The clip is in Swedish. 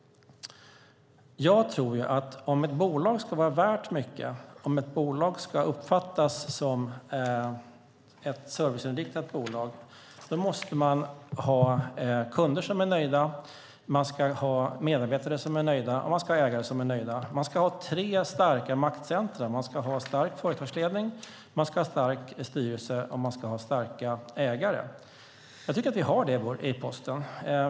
Om ett bolag ska vara värt mycket och uppfattas som ett serviceinriktat bolag måste man ha kunder, medarbetare och ägare som är nöjda, tror jag. Man ska ha tre starka maktcentrum: stark företagsledning, stark styrelse och starka ägare. Jag tycker att vi har det i Posten.